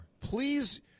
Please